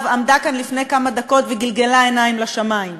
עמדה כאן לפני כמה דקות וגלגלה עיניים לשמים.